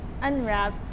Unwrap